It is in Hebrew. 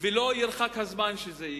ולא ירחק הזמן שזה יקרה.